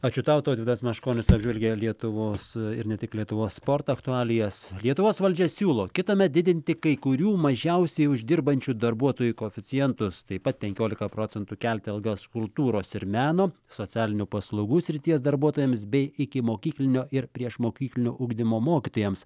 ačiū tau tautvydas meškonis apžvelgė lietuvos ir ne tik lietuvos sporto aktualijas lietuvos valdžia siūlo kitąmet didinti kai kurių mažiausiai uždirbančių darbuotojų koeficientus taip pat penkiolika procentų kelti algas kultūros ir meno socialinių paslaugų srities darbuotojams bei ikimokyklinio ir priešmokyklinio ugdymo mokytojams